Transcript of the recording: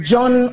John